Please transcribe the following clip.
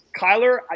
Kyler